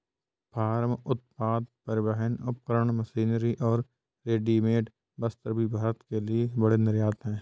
farm उत्पाद, परिवहन उपकरण, मशीनरी और रेडीमेड वस्त्र भी भारत के लिए बड़े निर्यात हैं